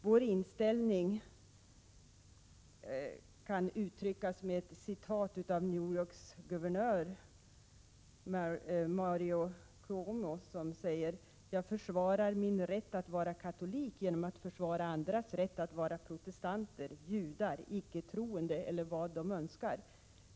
Vår inställning kan uttryckas genom att jag citerar ett uttalande av New Yorks guvernör Mario Cuomo. Han har bl.a. sagt följande: ”Jag försvarar min rätt att vara katolik genom att försvara andras rätt att vara protestanter, judar, icke-troende eller vad de önskar.